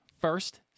First